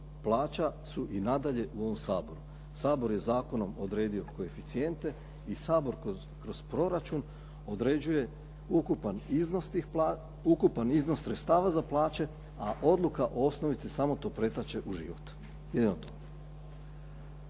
plaća su i nadalje u ovom Saboru. Sabor je zakonom odredio koeficijente i Sabor kroz proračun određuje ukupan iznos sredstava za plaće a odluka o osnovici samo to pretače u život, jedino to.